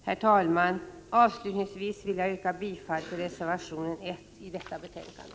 Herr talman! Avslutningsvis vill jag yrka bifall till reservation 1 i detta betänkande.